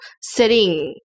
sitting